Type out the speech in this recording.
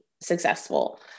successful